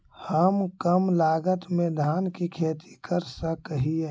हम कम लागत में धान के खेती कर सकहिय?